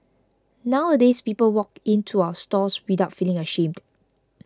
nowadays people walk in to our stores without feeling ashamed